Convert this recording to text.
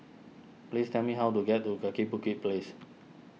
please tell me how to get to Kaki Bukit Place